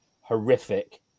horrific